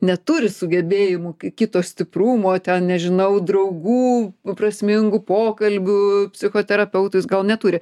neturi sugebėjimų kito stiprumo ten nežinau draugų prasmingų pokalbių psichoterapeutais gal neturi